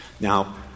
Now